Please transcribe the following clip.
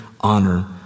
honor